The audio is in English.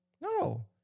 No